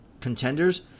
contenders